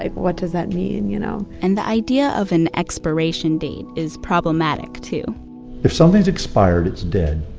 like what does that mean? you know and the idea of an expiration date is problematic, too if something's expired, it's dead.